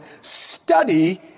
study